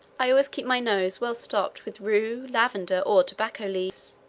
i always keep my nose well stopped with rue, lavender, or tobacco leaves.